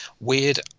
weird